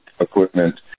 equipment